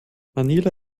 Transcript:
manila